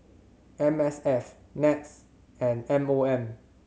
M S F NETS and M O M